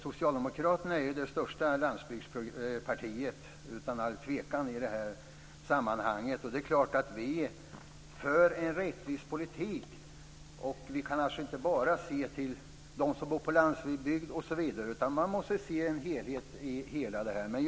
Socialdemokraterna är det största landsbygdspartiet i det här sammanhanget. Vi för en rättvis politik. Vi kan inte bara se till dem som bor på landsbygden, utan man måste se en helhet i det hela.